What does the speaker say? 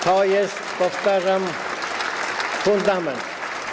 To jest, powtarzam, fundament.